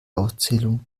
auszählung